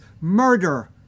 murder